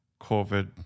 COVID